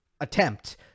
attempt